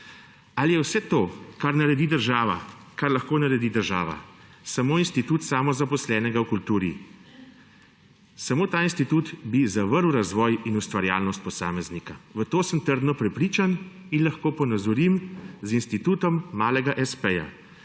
Ali je vse to, kar lahko naredi država, samo institut samozaposlenega v kulturi? Samo ta institut bi zavrl razvoj in ustvarjalnost posameznika. V to sem trdno prepričan in lahko ponazorim z institutom malega espeja,